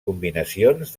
combinacions